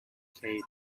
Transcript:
cage